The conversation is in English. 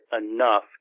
enough